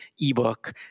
ebook